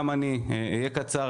גם אני אהיה קצר.